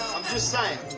just saying,